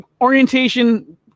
orientation